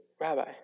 Rabbi